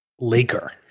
Laker